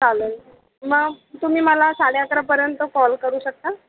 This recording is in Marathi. चालेल मग तुम्ही मला साडे अकरापर्यंत कॉल करू शकता